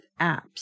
apps